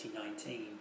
2019